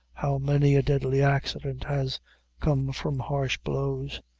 how many a deadly accident has come from harsh blows!